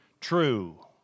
true